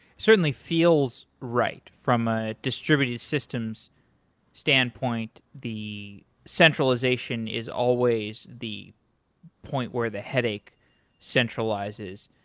certainly feels right from ah distributed systems standpoint. the centralization is always the point where the headache centralizes.